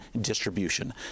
distribution